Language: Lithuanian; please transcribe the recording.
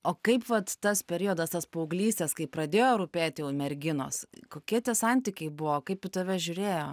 o kaip vat tas periodas tas paauglystės kai pradėjo rūpėti jau merginos kokie tie santykiai buvo kaip į tave žiūrėjo